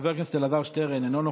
חבר הכנסת אלעזר שטרן, אינו נוכח,